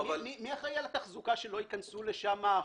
מי אחראי על התחזוקה כך שלא ייכנסו לשם הומלסים?